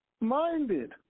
minded